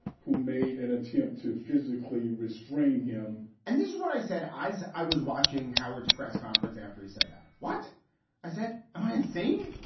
who made an attempt to physically restrain him and this is what i said, eyes. i was watching howard's press conference after he said that. what i said. am i insane?